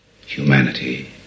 Humanity